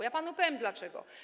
Ja panu powiem dlaczego.